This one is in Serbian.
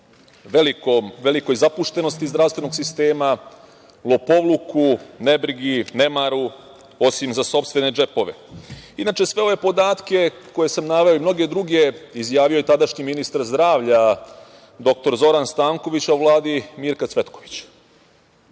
velikoj zapuštenosti zdravstvenog sistema, lopovluku, nebrigi, nemaru, osim za sopstvene džepove. Inače, sve ove podatke koje sam naveo i mnoge druge izjavio je tadašnji ministar zdravlja dr Zoran Stanković, a u Vladi Mirka Cvetkovića.